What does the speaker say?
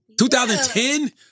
2010